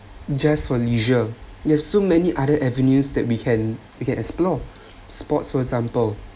just for leisure there's so many other avenues that we can we can explore sports for example